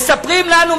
מספרים לנו,